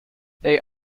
they